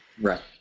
Right